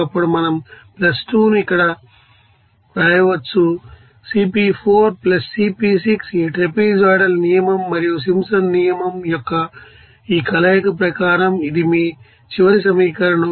అప్పుడు మనం 2 ను ఇక్కడ వ్రాయవచ్చుCp4 Cp6ఈ ట్రాపెజోయిడల్ నియమం మరియు సింప్సన్స్ నియమం యొక్క ఈ కలయిక ప్రకారం ఇది మీ చివరి సమీకరణం